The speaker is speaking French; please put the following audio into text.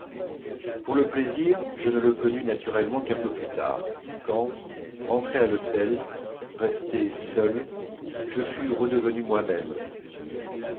pour le plaisir je ne le connus naturellement qu'un peu plus tard quand rentré à l'hôtel resté seul je fus redevenu moi-même